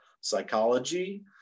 psychology